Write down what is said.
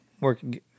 working